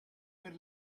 per